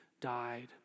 died